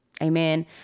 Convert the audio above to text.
Amen